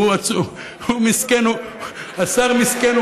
השר מסכן,